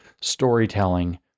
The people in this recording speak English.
storytelling